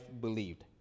believed